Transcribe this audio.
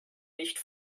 nicht